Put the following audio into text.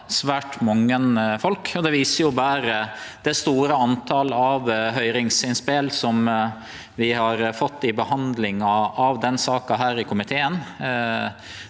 svært mange folk. Det viser det store antalet høyringsinnspel som vi har fått i behandlinga av denne saka i komiteen.